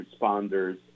responders